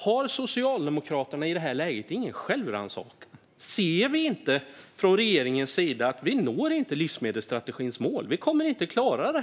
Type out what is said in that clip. Har Socialdemokraterna ingen självrannsakan i det här läget? Ser inte regeringen att vi inte når livsmedelsstrategins mål, att vi inte kommer att klara det?